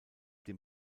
dem